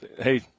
hey